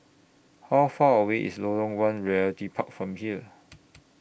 How Far away IS Lorong one Realty Park from here